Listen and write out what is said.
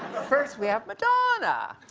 first we have madonna.